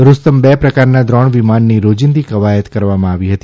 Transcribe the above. રૂસ્તમ બે પ્રકારના વ્રોણ વિમાનની રોજીંદી કવાયત કરવામાં આવી હતી